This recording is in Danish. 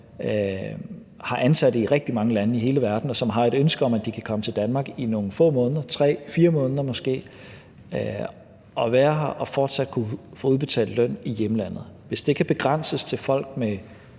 har ansatte i rigtig mange lande overalt i verden, og som har et ønske om, at de kan komme til Danmark i nogle få måneder, 3-4 måneder måske, og være her og fortsat kunne få udbetalt løn i hjemlandet. Hvis det kan begrænses til folk med